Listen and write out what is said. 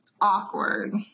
awkward